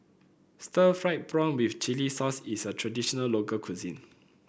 Stir Fried Prawn with Chili Sauce is a traditional local cuisine